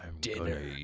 dinner